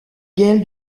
gale